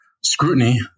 scrutiny